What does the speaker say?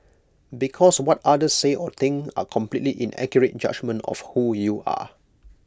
because what others say or think are completely inaccurate judgement of who you are